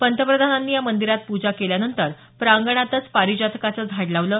पंतप्रधानांनी या मंदिरात पूजा केल्यानंतर प्रांगणातच पारिजातकाचं झाड लावलं